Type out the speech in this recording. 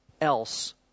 else